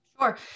Sure